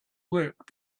work